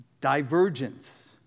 Divergence